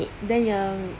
then yan